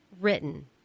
written